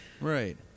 Right